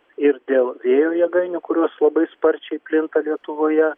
ir dėl vėjo jėgainių kurios labai sparčiai plinta lietuvoje